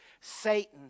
Satan